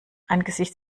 angesichts